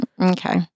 okay